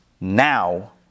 now